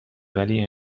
ولی